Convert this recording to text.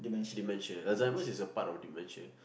dementia Alzheimer's is a part of dementia